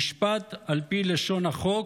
משפט על פי לשון החוק,